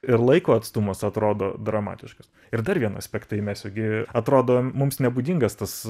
ir laiko atstumas atrodo dramatiškas ir dar vieną aspektą įmesiu gi atrodo mums nebūdingas tas